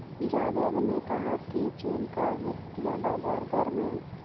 जावेद ने कहा कि चीन का वित्तीय बाजार गर्म है